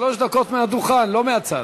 שלוש דקות מהדוכן, לא מהצד.